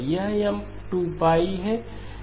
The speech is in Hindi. यह M 2 है